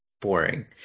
boring